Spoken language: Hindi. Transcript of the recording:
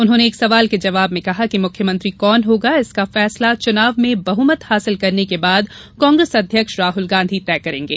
उन्होंने एक सवाल के जवाब में कहा कि मुख्यमंत्री कौन होगा इसका फैसला चुनाव में बहुमत हासिल करने के बाद कांग्रेस अध्यक्ष राहुल गांधी करेंगे